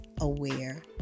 aware